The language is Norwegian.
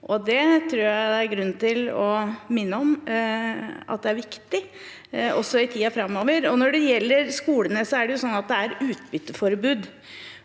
det er grunn til å minne om er viktig også i tiden framover. Når det gjelder skolene, er det utbytteforbud.